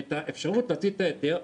את האפשרות להוציא את ההיתר.